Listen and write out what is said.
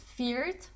feared